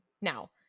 Now